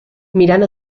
mirant